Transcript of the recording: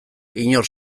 inor